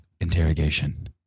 interrogation